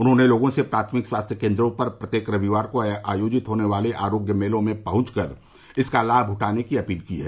उन्होंने लोगों से प्राथमिक स्वास्थ्य केंद्रों पर प्रत्येक रविवार को आयोजित होने वाले आरोग्य स्वास्थ्य मेलों में पहुंचकर इनका लाभ उठाने की अपील की है